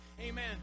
Amen